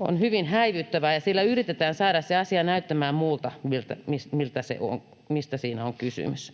on hyvin häivyttävää, ja sillä yritetään saada se asia näyttämään muulta kuin siltä, mistä siinä on kysymys.